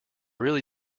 really